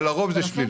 אבל לרוב זה שלילי.